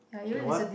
get what